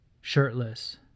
shirtless